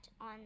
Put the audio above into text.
on